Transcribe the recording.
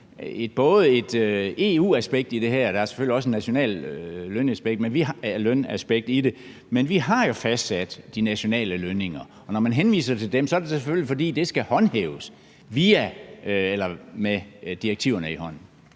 er et EU-aspekt i det her, og der er selvfølgelig også et nationalt lønaspekt i det. Men vi har jo fastsat de nationale lønninger, og når man henviser til dem, er det selvfølgelig, fordi de aftaler skal håndhæves med direktiverne i hånden.